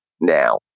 Now